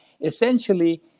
essentially